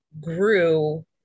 grew